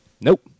nope